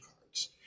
cards